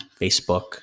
Facebook